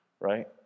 Right